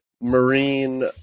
Marine